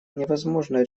невозможно